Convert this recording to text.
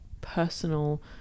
personal